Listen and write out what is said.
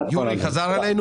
יורי ממשרד השיכון,